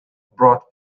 brought